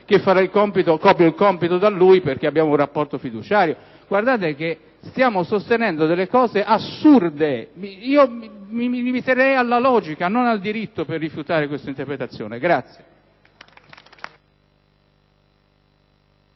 copio il compito da lui perché abbiamo un rapporto fiduciario. Guardate che stiamo sostenendo delle cose assurde. Io mi limiterei alla logica, non al diritto, per rifiutare questa interpretazione.